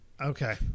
Okay